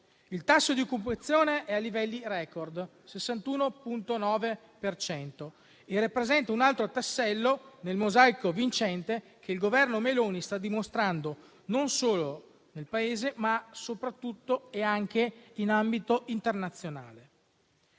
Il tasso di occupazione è a livelli *record* (61.9 per cento) e rappresenta un altro tassello del mosaico vincente che il Governo Meloni sta dimostrando non solo nel Paese, ma anche e soprattutto in ambito internazionale.